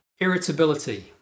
irritability